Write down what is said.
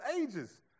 ages